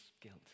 guilt